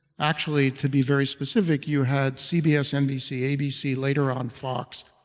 actually to be very specific, you had cbs, nbc, abc, later on fox.